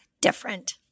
different